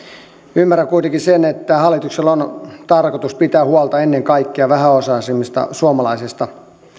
ymmärrän kuitenkin sen että hallituksella on tarkoitus pitää huolta ennen kaikkea vähäosaisimmista suomalaisista